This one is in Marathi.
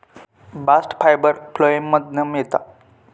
बास्ट फायबर फ्लोएम मधना मिळता